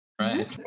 right